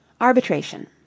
Arbitration